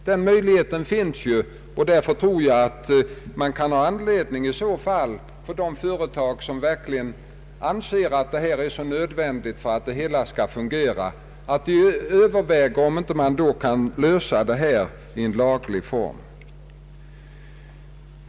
Den möjligheten finns ju, och därför tror jag att de företag som anser att det är nödvändigt för att det hela skall fungera kan ha anledning överväga om man inte kan lösa detta i en laglig form.